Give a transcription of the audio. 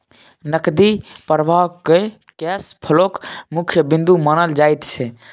नकदी प्रवाहकेँ कैश फ्लोक मुख्य बिन्दु मानल जाइत छै